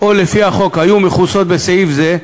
או לפי החוק היו מכוסות בסעיף זה,